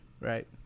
right